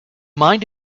mind